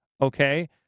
Okay